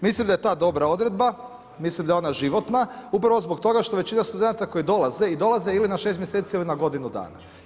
Mislim da je ta dobra odredba, mislim da je ona životna, upravo zbog toga što većina studenata koji dolaze i dolaze ili na 6 mjeseci ili na godinu dana.